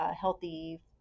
healthy